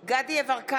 דסטה גדי יברקן,